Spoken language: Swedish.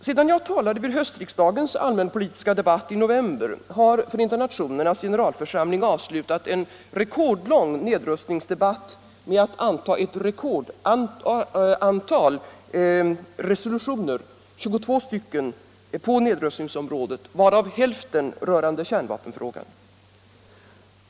Sedan jag talade vid höstriksdagens allmänpolitiska debatt i november har FN:s generalförsamling avslutat en rekordlång nedrustningsdebatt med att anta ett rekordartat antal resolutioner, 22 stycken, varav hälften rörande kärnvapenfrågan.